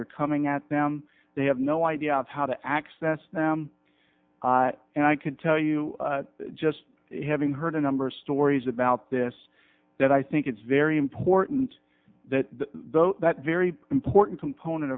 they're coming at them they have no idea of how to access them and i could tell you just having heard a number of stories about this that i think it's very important that those that very important component